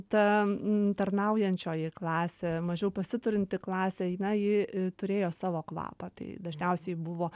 ta tarnaujančioji klasė mažiau pasiturinti klasė na ji turėjo savo kvapą tai dažniausiai buvo